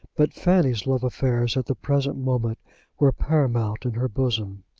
but fanny's love-affairs at the present moment were paramount in her bosom.